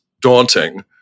daunting